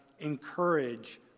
encourage